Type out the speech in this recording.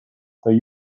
though